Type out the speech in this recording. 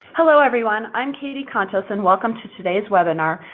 hello, everyone. i'm katie contos and welcome to today's webinar,